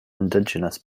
indigenous